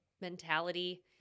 mentality